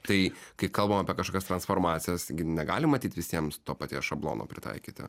tai kai kalbam apie kažkokias transformacijas gi negali matyt visiems to paties šablono pritaikyti